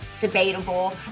debatable